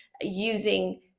using